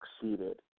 succeeded